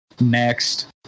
Next